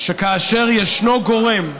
שכאשר ישנו גורם,